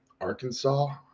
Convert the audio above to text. Arkansas